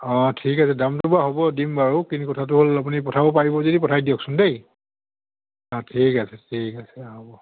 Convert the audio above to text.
অঁ ঠিক আছে দামটো বাৰু হ'ব দিম বাৰু কিন্তু কথাটো হ'ল আপুনি পঠাব পাৰিব যদি পঠাই দিয়কচোন দেই অঁ ঠিক আছে ঠিক আছে অঁ হ'ব